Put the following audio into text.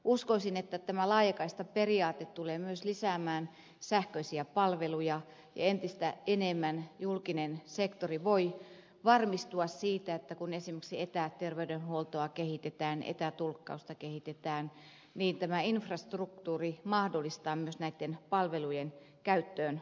uskoisin että tämä laajakaistaperiaate tulee myös lisäämään sähköisiä palveluja ja entistä enemmän julkinen sektori voi varmistua siitä että kun esimerkiksi etäterveydenhuoltoa kehitetään etätulkkausta kehitetään infrastruktuuri mahdollistaa myös näitten palvelujen käyttöönoton